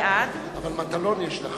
בעד אבל מטלון יש לך.